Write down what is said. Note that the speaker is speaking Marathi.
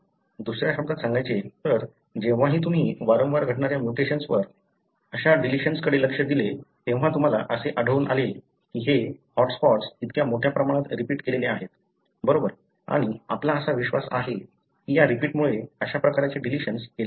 दुस या शब्दात सांगायचे तर जेव्हाही तुम्ही वारंवार घडणाऱ्या म्युटेशन्सवर अशा डिलिशन्सकडे लक्ष दिले तेव्हा तुम्हाला असे आढळून आले की हे हॉटस्पॉट्स इतक्या मोठ्या प्रमाणात रिपीट केलेले आहेत बरोबर आणि आपला असा विश्वास आहे की या रिपीटमुळे अशा प्रकारचे डिलिशन्स केले जाते